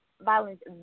violence